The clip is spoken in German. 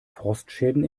frostschäden